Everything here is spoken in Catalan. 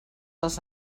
els